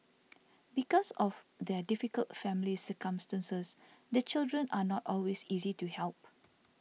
because of their difficult family circumstances the children are not always easy to help